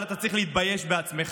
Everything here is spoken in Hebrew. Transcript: אבל אתה צריך להתבייש בעצמך.